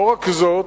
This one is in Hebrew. לא רק זאת,